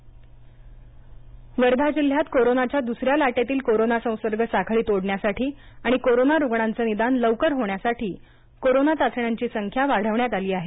वर्धा चाचण्या वद्दी वर्धा जिल्ह्यात कोरोनाच्या दुसऱ्या लाटेतील कोरोना संसर्ग साखळी तोडण्यासाठी आणि कोरोना रूग्णांचं निदान लवकर होण्यासाठी कोरोना चाचण्यांची संख्या वाढवण्यात आली आहे